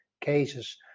cases